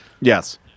Yes